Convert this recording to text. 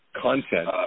content